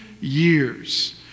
years